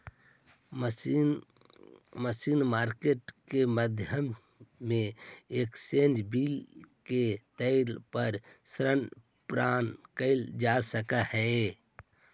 money market के माध्यम से एक्सचेंज बिल के तौर पर ऋण प्राप्त कैल जा सकऽ हई